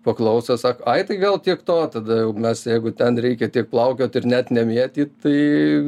paklausė sak ai tai gal tiek to tada jau mes jeigu ten reikia tiek plaukiot ir net nemėtyt tai